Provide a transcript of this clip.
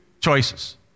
choices